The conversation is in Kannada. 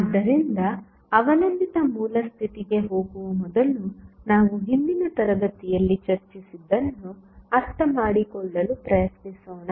ಆದ್ದರಿಂದ ಅವಲಂಬಿತ ಮೂಲ ಸ್ಥಿತಿಗೆ ಹೋಗುವ ಮೊದಲು ನಾವು ಹಿಂದಿನ ತರಗತಿಯಲ್ಲಿ ಚರ್ಚಿಸಿದ್ದನ್ನು ಅರ್ಥಮಾಡಿಕೊಳ್ಳಲು ಪ್ರಯತ್ನಿಸೋಣ